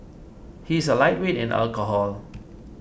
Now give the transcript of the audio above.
he is a lightweight in alcohol